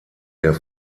der